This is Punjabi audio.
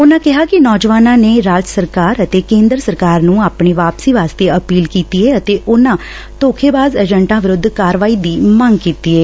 ਉਨੂਾਂ ਕਿਹਾ ਕਿ ਨੌਜਵਾਨਾਂ ਨੇ ਰਾਜ ਸਰਕਾਰ ਅਤੇ ਕੇਂਦਰ ਸਰਕਾਰ ਨੂੰ ਆਪਣੀ ਵਾਪਸੀ ਵਾਸਤੇ ਅਪੀਲ ਕੀਤੀ ਏ ਅਤੇ ਉਨਾਂ ਧੋਖੇਬਾਜ਼ ਏਜੰਟਾਂ ਵਿਰੁੱਧ ਕਾਰਵਾਈ ਦੀ ਮੰਗ ਕੀਤੀ ਏ